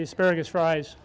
asparagus fries